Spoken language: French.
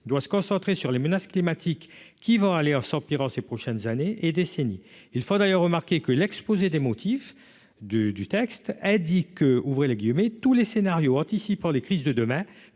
doit se concentrer sur les menaces climatiques qui vont aller en s'empirant ces prochaines années et décennies il faut d'ailleurs remarquer que l'exposé des motifs du du texte, a dit que, ouvrez les guillemets, tous les scénarios, anticipant les crises de demain